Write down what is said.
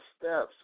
steps